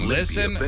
listen